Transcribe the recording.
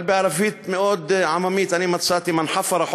אבל בערבית מאוד עממית אני מצאתי: (אומר